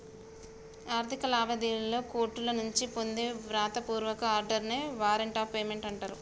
ఆర్థిక లావాదేవీలలో కోర్టుల నుంచి పొందే వ్రాత పూర్వక ఆర్డర్ నే వారెంట్ ఆఫ్ పేమెంట్ అంటరు